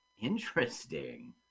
Interesting